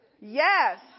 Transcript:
Yes